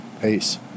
Peace